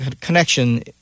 connection